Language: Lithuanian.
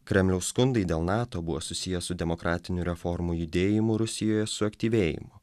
kremliaus skundai dėl nato buvo susiję su demokratinių reformų judėjimu rusijoje suaktyvėjimu